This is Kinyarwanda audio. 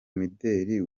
mideli